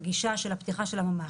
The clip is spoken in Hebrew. בגישה של פתיח הממ"ח.